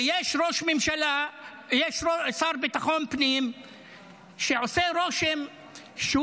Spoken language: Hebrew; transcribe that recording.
ויש שר לביטחון פנים שעושה רושם שהוא